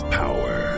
power